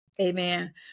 Amen